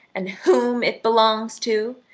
and whom it belongs to.